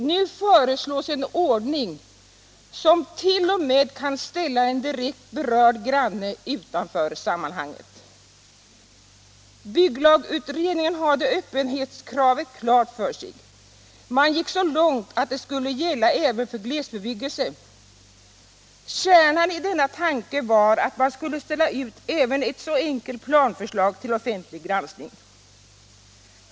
Nu föreslås en ordning som t.o.m. kan ställa en direkt berörd granne utanför sammanhanget. Bygglagutredningen hade öppenhetskravet klart för sig. Man gick så långt att det skulle gälla även för glesbebyggelse — kärnan i denna tanke var att man skulle ställa ut även ett så enkelt planförslag till offentlig granskning.